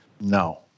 No